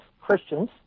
Christians